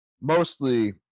mostly